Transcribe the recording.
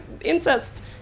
incest